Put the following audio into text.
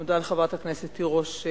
אני מודה לחברת הכנסת תירוש,